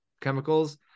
chemicals